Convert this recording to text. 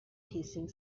hissing